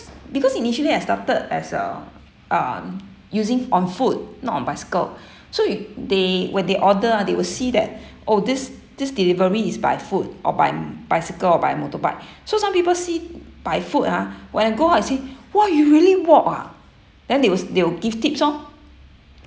because initially I started as a um using on foot not on bicycle so you they when they order ah they will see that oh this this delivery is by foot or by bicycle or by motorbike so some people see by foot ah when I go out I say !wah! you really walk ah then they will s~ they will give tips oh